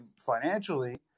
financially